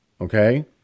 okay